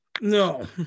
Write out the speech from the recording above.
No